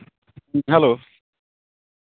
hello